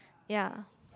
ya